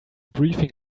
briefing